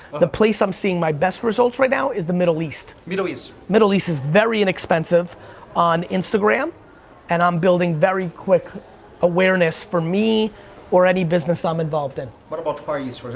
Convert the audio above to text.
the place i'm seeing my best results right now, it's the middle east. middle east. middle east is very inexpensive on instagram and i'm building very quick awareness for me or any business i'm involved in. what about far east, for